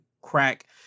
crack